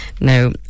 Now